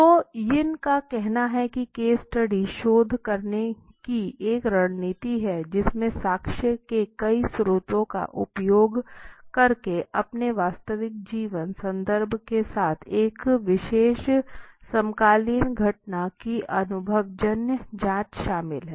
तो यिन का कहना है कि केस स्टडी शोध करने की एक रणनीति है जिसमें साक्ष्य के कई स्रोतों का उपयोग करके अपने वास्तविक जीवन संदर्भ के साथ एक विशेष समकालीन घटना की अनुभवजन्य जांच शामिल है